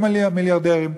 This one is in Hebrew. הם המיליארדרים?